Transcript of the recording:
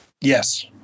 yes